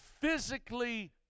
physically